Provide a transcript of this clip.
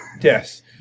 Yes